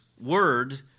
word